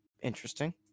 interesting